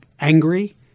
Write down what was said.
angry